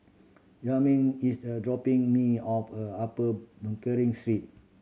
Yasmine is a dropping me off a Upper Pickering Street